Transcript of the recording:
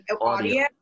audio